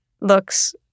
looks